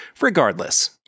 regardless